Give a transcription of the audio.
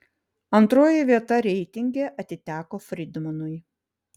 antroji vieta reitinge atiteko frydmanui